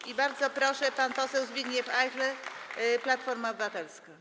I bardzo proszę, pan poseł Zbigniew Ajchler, Platforma Obywatelska.